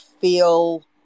feel